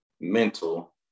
mental